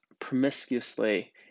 promiscuously